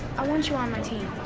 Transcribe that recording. i want you on my team.